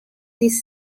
this